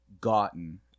gotten